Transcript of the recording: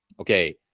Okay